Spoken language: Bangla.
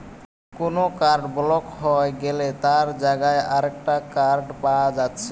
কুনো কার্ড ব্লক হই গ্যালে তার জাগায় আরেকটা কার্ড পায়া যাচ্ছে